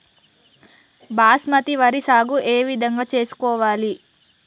బాస్మతి వరి సాగు ఏ విధంగా చేసుకోవాలి?